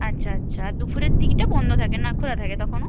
আচ্ছা আচ্ছা আর দুপুরের দিকটা বন্ধ থাকে না খোলা থাকে তখনও